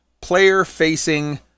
player-facing